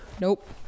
nope